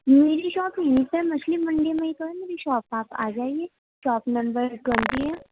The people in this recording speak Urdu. میری شاپ یہی پہ ہے مچھلی منڈی میں ہی تو ہے میری شاپ آپ آ جائیے شاپ نمبر ٹوئنٹی ہے